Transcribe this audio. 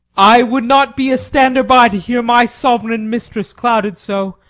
i would not be a stander-by to hear my sovereign mistress clouded so,